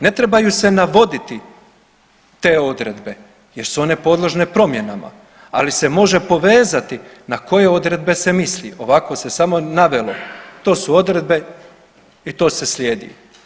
Ne trebaju se navoditi te odredbe jer su one podložne promjenama, ali se može povezati na koje odredbe se misli, ovako se samo navelo to su odredbe i to se slijedi.